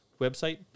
website